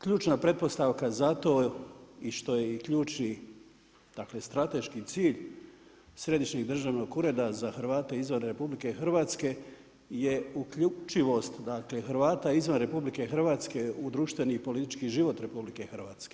Ključna pretpostavka za to i što je i ključni strateški cilj Središnjeg državnog ureda za Hrvate izvan RH je uključivost Hrvata izvan RH u društveni i politički život RH.